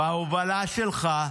בהובלה שלך,